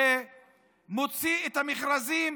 שמוציא את המכרזים